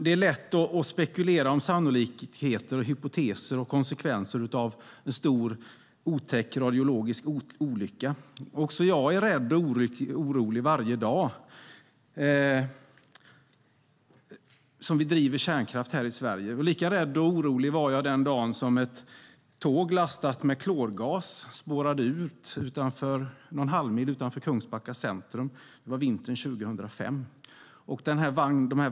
Det är lätt att spekulera om sannolikheter, hypoteser och konsekvenser av en stor otäck radiologisk olycka. Också jag är rädd och orolig varje dag som vi driver kärnkraft i Sverige. Lika rädd och orolig var jag den dag ett tåg lastat med klorgas spårade ur någon halvmil utanför Kungsbacka centrum vintern 2005.